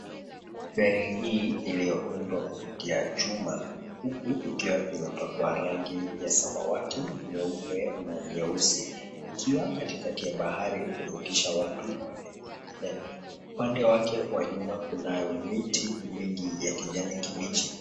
Feri hii iliyoundwa kwa kutumia chuma huku ikiwa imepakwa rangi ya samawati, nyeupe na nyeusi ikiwa katikati ya bahari kuvukisha watu upande mwingine, upande wake wa nyuma kunayo miti mengi ya kijani kibichi.